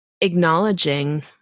acknowledging